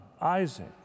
Isaac